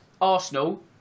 Arsenal